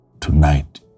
tonight